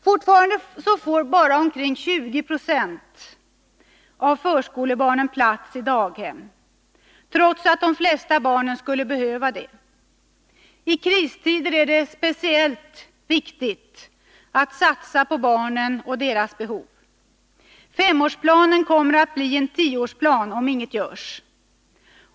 Fortfarande får bara omkring 20 90 av förskolebarnen plats i daghem, trots att de flesta barn skulle behöva det. I kristider är det speciellt viktigt att satsa på barnen och deras behov. Femårsplanen kommer att bli en tioårsplan om inget görs.